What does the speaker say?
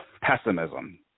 pessimism